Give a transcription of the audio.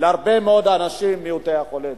להרבה מאוד אנשים מעוטי יכולת.